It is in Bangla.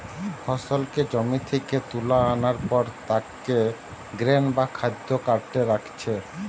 ফসলকে জমি থিকে তুলা আনার পর তাকে গ্রেন বা খাদ্য কার্টে রাখছে